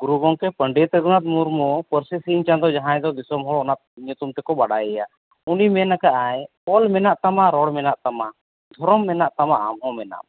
ᱜᱩᱨᱩ ᱜᱚᱢᱠᱮ ᱯᱚᱱᱰᱤᱛ ᱨᱚᱜᱷᱩᱱᱟᱛᱷ ᱢᱩᱨᱢᱩ ᱯᱟᱹᱨᱥᱤ ᱥᱤᱧ ᱪᱟᱸᱫᱚ ᱡᱟᱦᱟᱸᱭ ᱫᱚ ᱫᱤᱥᱚᱢ ᱦᱚᱲ ᱚᱱᱟ ᱧᱩᱛᱩᱢ ᱛᱮᱠᱚ ᱵᱟᱲᱟᱭᱟ ᱩᱱᱤ ᱢᱮᱱ ᱟᱠᱟᱜᱼᱟᱭ ᱚᱞ ᱢᱮᱱᱟᱜ ᱛᱟᱢᱟ ᱨᱚᱲ ᱢᱮᱱᱟᱜ ᱛᱟᱢᱟ ᱫᱷᱚᱨᱚᱢ ᱢᱮᱱᱟᱜ ᱛᱟᱢᱟ ᱟᱢ ᱦᱚᱸ ᱢᱮᱱᱟᱢ